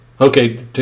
Okay